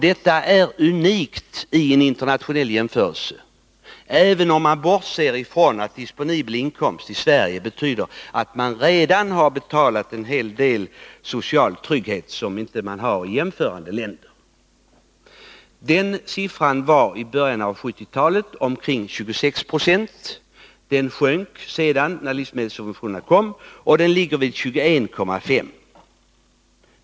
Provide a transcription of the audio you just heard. Detta är unikt i en internationell jämförelse, även om man bortser från att uttrycket disponibel inkomst i Sverige betyder att man redan har betalat en hel del social trygghet som man inte har i de länder med vilka jämförelsen görs. Motsvarande siffra var i början av 1970-talet omkring 26 76. Andelen sjönk när livsmedelssubventionerna kom, och den ligger i dag på 21,5 20.